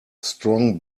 strong